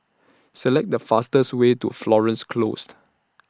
Select The fastest Way to Florence Closed